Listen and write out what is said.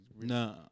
No